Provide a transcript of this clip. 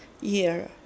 year